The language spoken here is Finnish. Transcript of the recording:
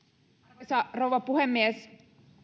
arvoisa rouva puhemies